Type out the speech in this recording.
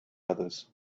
others